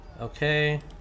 okay